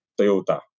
Toyota